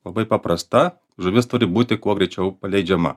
labai paprasta žuvis turi būti kuo greičiau paleidžiama